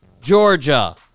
Georgia